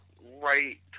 right